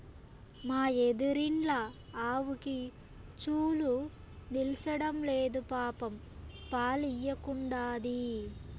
మా ఎదురిండ్ల ఆవుకి చూలు నిల్సడంలేదు పాపం పాలియ్యకుండాది